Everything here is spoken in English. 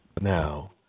now